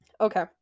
okay